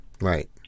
Right